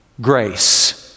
grace